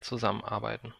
zusammenarbeiten